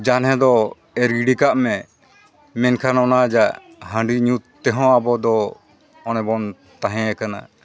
ᱡᱟᱱᱦᱮ ᱫᱚ ᱮᱨ ᱜᱤᱰᱤ ᱠᱟᱜ ᱢᱮ ᱢᱮᱱᱠᱷᱟᱱ ᱚᱱᱟ ᱦᱟᱺᱰᱤ ᱧᱩ ᱛᱮᱦᱚᱸ ᱟᱵᱚᱫᱚ ᱚᱱᱮ ᱵᱚᱱ ᱛᱟᱦᱮᱸ ᱟᱠᱟᱱᱟ